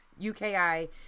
UKI